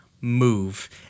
move